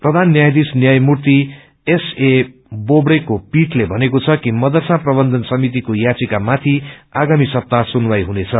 प्रधान न्यायाधीश न्यायमूति एसए बोबडेको पीठले भनेको छ कि मदरसा प्रबन्धन समितिको याचिका माथि आगामी सप्ताह सुनवाई हुनेछ